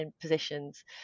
positions